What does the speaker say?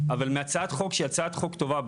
אבל מהצעת החוק שהיא הצעת חוק טובה,